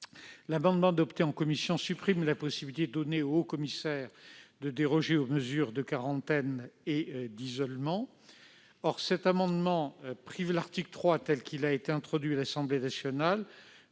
L'amendement adopté en commission vise à supprimer la possibilité donnée au haut-commissaire de déroger aux mesures de quarantaine et d'isolement. On prive ainsi l'article 3, tel qu'il a été introduit à l'Assemblée nationale,